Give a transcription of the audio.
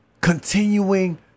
Continuing